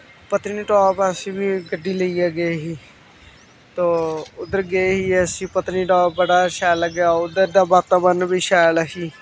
पत्नीटाप असी बी गड्डी लेइयै गे ही तो उद्धर गे ही असी पत्नीटाप बड़ा शैल लग्गेआ उद्धर दा वातावरण बी शैल ही